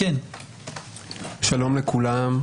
שלום לכולם.